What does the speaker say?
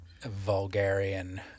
vulgarian